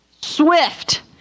swift